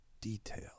detail